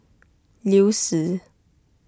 Liu Si